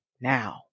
now